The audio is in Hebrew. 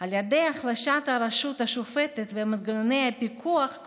על ידי החלשת הרשות השופטת ומנגנוני הפיקוח,